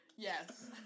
Yes